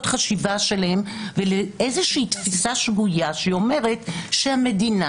חשיבה שלהם ולאיזושהי תפיסה שגויה שאומרת שהמדינה,